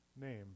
name